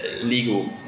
legal